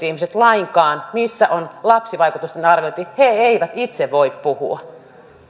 ihmiset lainkaan missä on lapsivaikutusten arviointi lapset eivät itse voi puhua